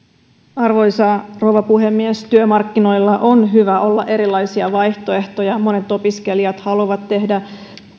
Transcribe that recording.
arvoisa rouva puhemies työmarkkinoilla on hyvä olla erilaisia vaihtoehtoja monet opiskelijat haluavat tehdä